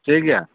ᱴᱷᱤᱠ ᱜᱮᱭᱟ